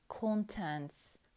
contents